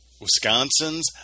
Wisconsin's